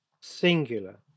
singular